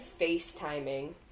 facetiming